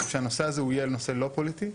שהנושא הזה יהיה נושא לא פוליטי,